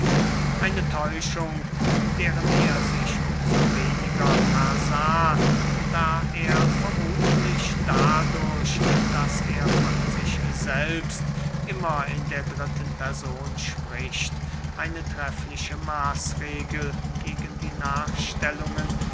eine täuschung deren er sich um so weniger versah da er vermuthlich dadurch daß er von sich selbst immer in der dritten person spricht eine treffliche maßregel gegen die nachstellungen